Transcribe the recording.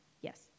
Yes